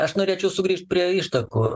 aš norėčiau sugrįžt prie ištakų